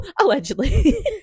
allegedly